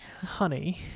honey